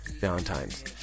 valentines